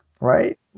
Right